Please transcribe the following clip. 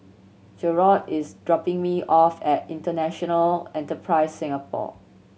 Jerrold is dropping me off at International Enterprise Singapore